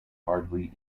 hardly